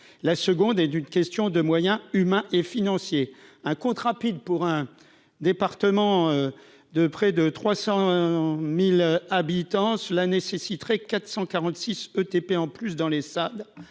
la seconde est d'une question de moyens humains et financiers, un compte rapide pour un département de près de 300000 habitants cela nécessiterait 446 ETP en plus dans les